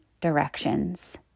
directions